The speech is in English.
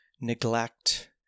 neglect